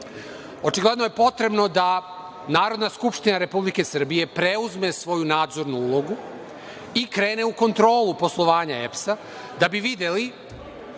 očigledno je potrebno da Narodna skupština Republike Srbije preuzme svoju nadzornu ulogu i krene u kontrolu poslovanja EPS-a da bi videli